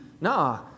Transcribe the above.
Nah